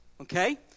Okay